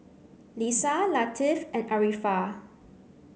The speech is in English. Lisa Latif and Arifa